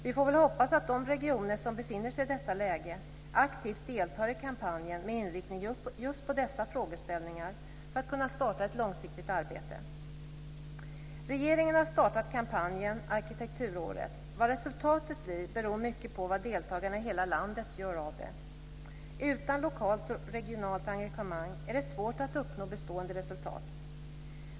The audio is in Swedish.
Vi får väl hoppas att de regioner som befinner sig i detta läge aktivt deltar i kampanjen med inriktning på just dessa frågeställningar för att kunna starta ett långsiktigt arbete. Regeringen har startat kampanjen Arkitekturåret 2001. Vad resultatet blir beror mycket på vad deltagarna i hela landet gör av det. Utan lokalt och regionalt engagemang är det svårt att uppnå bestående resultat.